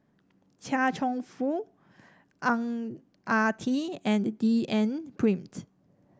Chia Cheong Fook Ang Ah Tee and D N Pritt